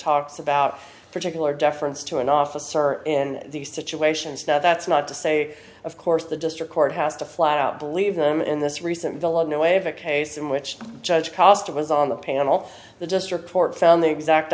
talks about particular deference to an officer in these situations now that's not to say of course the district court has to flat out believe them in this recent the law no way of a case in which judge cost was on the panel the district court found the exact